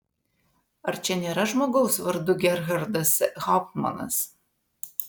ar čia nėra žmogaus vardu gerhardas hauptmanas